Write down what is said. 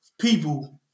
people